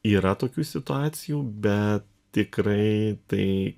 yra tokių situacijų be tikrai tai